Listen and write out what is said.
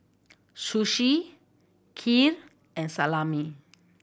Sushi Kheer and Salami